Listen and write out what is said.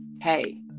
hey